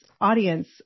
audience